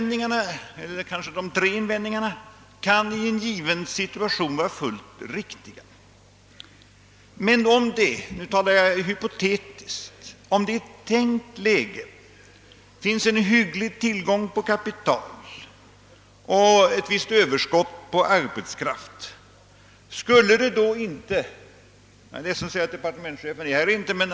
De tre invändningarna kan i en given situation vara fullt riktiga. Men om det — nu talar jag hypotetiskt — i ett tänkt läge finns en hygglig tillgång på kapital och ett visst överskott på arbetskraft, skulle det då inte ha varit rimligt att överväga att gå lånevägen?